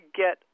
get